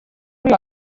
kuri